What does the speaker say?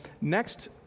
next